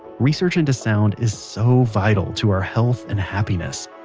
research into sound is so vital to our health and happiness